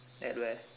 at where